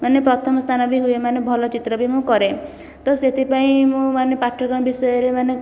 ମାନେ ପ୍ରଥମ ସ୍ଥାନ ବି ହୁଏ ମାନେ ଭଲ ଚିତ୍ର ବି ମୁଁ କରେ ତ ସେଥିପାଇଁ ମୁଁ ମାନେ ପାଠ କ'ଣ ବିଷୟରେ ମାନେ